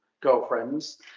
girlfriends